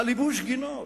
על ייבוש גינות,